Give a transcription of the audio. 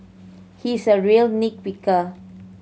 he is a real nit picker